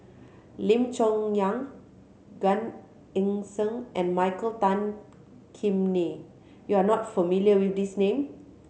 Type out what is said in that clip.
Lim Chong Yah Gan Eng Seng and Michael Tan Kim Nei you are not familiar with these name